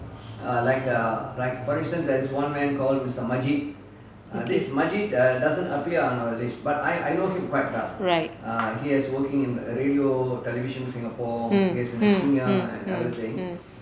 okay right mm mm mm mm mm